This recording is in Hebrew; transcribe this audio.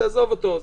תעזוב אותו,